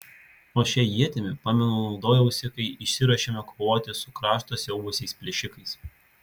o šia ietimi pamenu naudojausi kai išsiruošėme kovoti su kraštą siaubusiais plėšikais